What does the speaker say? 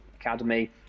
Academy